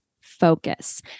focus